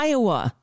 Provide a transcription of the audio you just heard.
Iowa